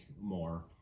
more